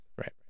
Right